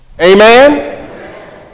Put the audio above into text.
Amen